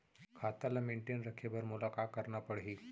खाता ल मेनटेन रखे बर मोला का करना पड़ही?